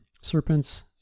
serpents